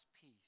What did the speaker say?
peace